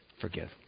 forgive